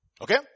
Okay